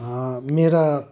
मेरा